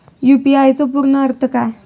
UPI चो पूर्ण अर्थ काय?